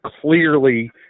clearly